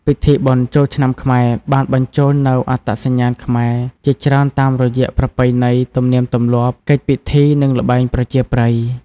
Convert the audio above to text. ពិធីបុណ្យចូលឆ្នាំខ្មែរបានបញ្ចូលនូវ អត្តសញ្ញាណខ្មែរ ជាច្រើនតាមរយៈប្រពៃណី ទំនៀមទម្លាប់ កិច្ចពិធី និងល្បែងប្រជាប្រិយ។